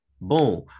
Boom